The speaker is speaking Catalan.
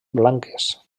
blanques